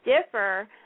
differ